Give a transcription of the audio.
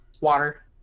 water